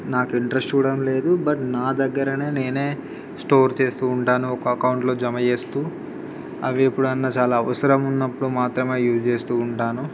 నాకు ఇంట్రస్ట్ కూడా లేదు బట్ నా దగ్గర నేనే స్టోర్ చేస్తు ఉంటాను ఒక అకౌంట్లో జమ చేస్తు అవి ఎప్పుడన్న చాలా అవసరం ఉన్నప్పుడు మాత్రమే అవి యూజ్ చేస్తు ఉంటాను